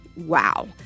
wow